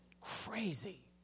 crazy